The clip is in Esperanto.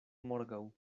morgaŭ